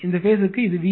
இந்த பேஸ் ற்கு இது வி